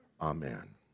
Amen